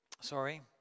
Sorry